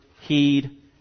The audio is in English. heed